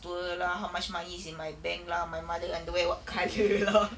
tour lah how much money is in my bank lah my mother underwear what colour lah